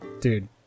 dude